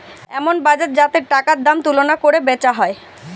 এমন বাজার যাতে টাকার দাম তুলনা কোরে বেচা হয়